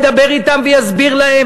ידבר אתם ויסביר להם,